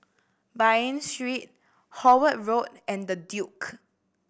Bain Street Howard Road and The Duke